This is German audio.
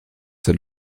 sind